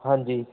ਹਾਂਜੀ